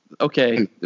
okay